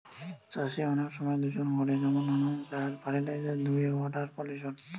চাষে অনেক সময় দূষণ ঘটে যেমন নানান সার, ফার্টিলিসের ধুয়ে ওয়াটার পলিউশন